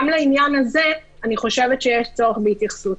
גם לעניין הזה אני חושבת שיש צורך בהתייחסות.